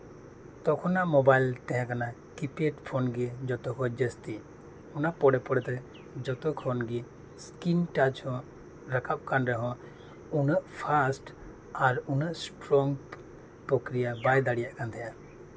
ᱛᱚᱠᱷᱚᱱᱟᱜ mobile ᱛᱟᱦᱮᱸ ᱠᱟᱱᱟ keypad phone ᱜᱮ ᱛᱚᱠᱷᱚᱱ ᱡᱟᱹᱥᱛᱤ ᱚᱱᱟ ᱯᱚᱨᱮ ᱯᱚᱨᱮᱛᱮ ᱡᱚᱛᱚ ᱠᱷᱚᱱ ᱜᱮ ᱥᱠᱤᱱ ᱴᱟᱪ ᱦᱚᱸ ᱨᱟᱠᱟᱵ ᱠᱟᱱ ᱨᱮᱦᱚᱸ ᱩᱱᱟᱹᱜ ᱯᱷᱟᱥᱴ ᱟᱨ ᱩᱱᱟᱹᱜ ᱚᱥᱴᱚᱨᱚᱝ ᱯᱚᱠᱨᱤᱭᱟ ᱵᱟᱭ ᱫᱟᱲᱮᱭᱟᱜ ᱠᱟᱱ ᱛᱟᱦᱮᱜᱼᱟ